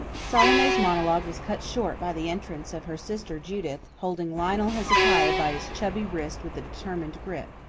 salome's monologue was cut short by the entrance of her sister judith, holding lionel hezekiah by his chubby wrist with a determined grip.